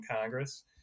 Congress